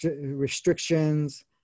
restrictions